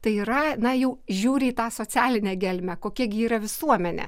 tai yra na jau žiūri į tą socialinę gelmę kokia gi yra visuomenė